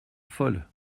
folle